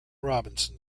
robinson